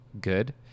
good